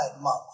Month